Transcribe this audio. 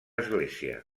església